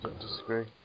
disagree